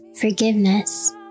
forgiveness